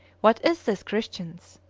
what is this, christians?